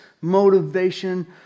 motivation